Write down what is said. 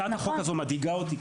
הצעת החוק הזו מדאיגה אותי,